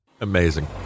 Amazing